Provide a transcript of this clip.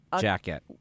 jacket